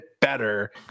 better